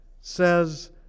says